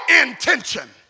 intention